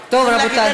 רבותי,